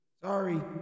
Sorry